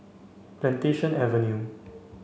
Plantation Avenue